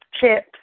chips